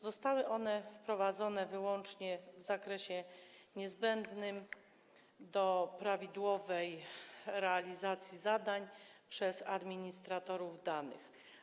Zostały one wprowadzone wyłącznie w zakresie niezbędnym do prawidłowej realizacji zadań przez administratorów danych.